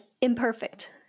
imperfect